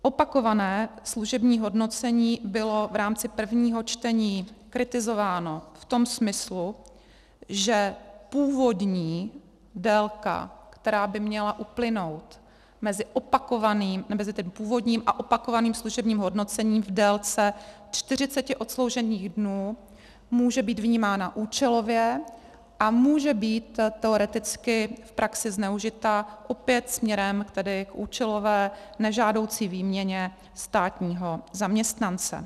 Opakované služební hodnocení bylo v rámci prvního čtení kritizováno v tom smyslu, že původní délka, která by měla uplynout mezi tím původním a opakovaným služebním hodnocením v délce 40 odsloužených dnů, může být vnímána účelově a může být teoreticky v praxi zneužita opět směrem tedy k účelové, nežádoucí výměně státního zaměstnance.